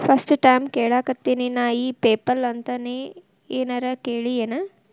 First time ಕೇಳಾಕತೇನಿ ನಾ ಇ ಪೆಪಲ್ ಅಂತ ನೇ ಏನರ ಕೇಳಿಯೇನ್?